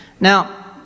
Now